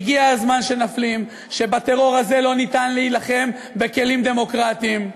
הגיע הזמן שנפנים שבטרור הזה לא ניתן להילחם בכלים דמוקרטיים.